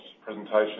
presentation